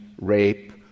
rape